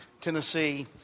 Tennessee